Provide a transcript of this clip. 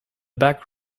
back